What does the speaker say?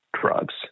drugs